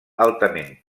altament